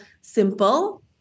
simple